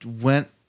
went